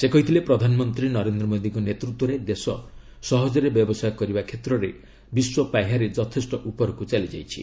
ସେ କହିଥିଲେ ପ୍ରଧାନମନ୍ତ୍ରୀ ନରେନ୍ଦ୍ର ମୋଦୀଙ୍କ ନେତୃତ୍ୱରେ ଦେଶ 'ସହଜରେ ବ୍ୟବସାୟ କରିବା' କ୍ଷେତ୍ରରେ ବିଶ୍ୱ ପାହ୍ୟାରେ ଯଥେଷ୍ଟ ଉପରକୁ ଚାଲିଯାଇଛି